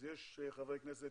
אז יש חברי כנסת